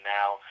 now